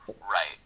Right